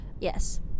Yes